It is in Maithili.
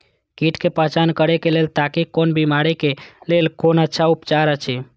कीट के पहचान करे के लेल ताकि कोन बिमारी के लेल कोन अच्छा उपचार अछि?